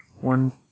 One